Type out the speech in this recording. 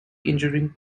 injuring